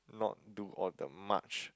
not do all the march